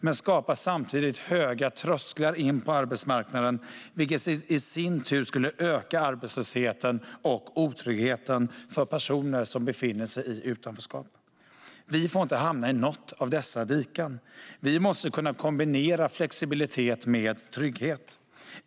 Men det skapar samtidigt höga trösklar in till arbetsmarknaden, vilket i sin tur skulle öka arbetslösheten och otryggheten för personer som befinner sig i utanförskap. Vi får inte hamna i något av dessa diken. Vi måste kunna kombinera flexibilitet med trygghet.